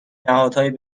نهادهای